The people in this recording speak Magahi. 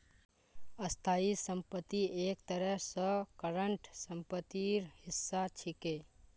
स्थाई संपत्ति एक तरह स करंट सम्पत्तिर हिस्सा छिके